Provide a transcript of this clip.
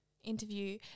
interview